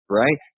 right